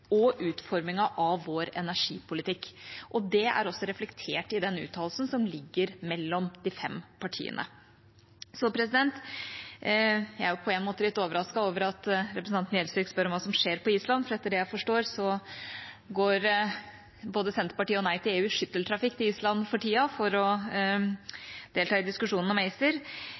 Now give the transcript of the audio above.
og utformingen av vår energipolitikk. Det er også reflektert i den uttalelsen som ligger mellom de fem partiene. Jeg er på en måte litt overrasket over at representanten Gjelsvik spør om hva som skjer på Island, for etter det jeg forstår, går både Senterpartiet og Nei til EU i skytteltrafikk til Island for tida for å delta i diskusjonene om ACER.